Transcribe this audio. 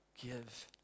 give